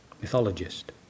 mythologist